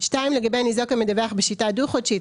לגבי ניזוק המדווח בשיטה דו-חודשית,